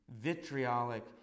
vitriolic